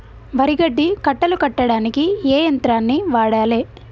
వరి గడ్డి కట్టలు కట్టడానికి ఏ యంత్రాన్ని వాడాలే?